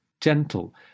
gentle